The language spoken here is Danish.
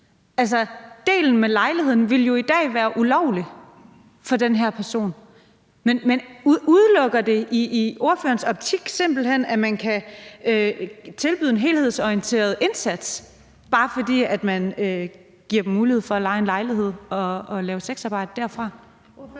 indsats. Delen med lejligheden ville jo i dag være ulovlig for den her person, men udelukker det i ordførerens optik simpelt hen, at man kan tilbyde en helhedsorienteret indsats, bare fordi man giver mulighed for at leje en lejlighed og lave sexarbejde derfra?